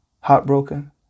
Heartbroken